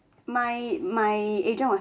my my agent was